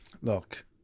Look